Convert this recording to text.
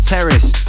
Terrace